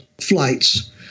flights